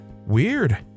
Weird